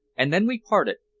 and then we parted,